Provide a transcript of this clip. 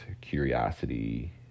curiosity